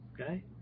okay